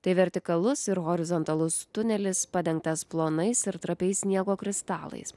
tai vertikalus ir horizontalus tunelis padengtas plonais ir trapiais sniego kristalais